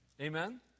Amen